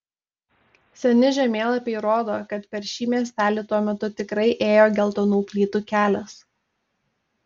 seni žemėlapiai rodo kad per šį miestelį tuo metu tikrai ėjo geltonų plytų kelias